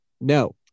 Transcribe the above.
No